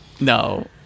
No